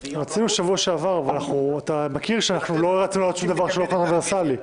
רצינו שעבר אבל אתה יודע שלא רצינו להעלות שום דבר שהוא קונטרוברסלי.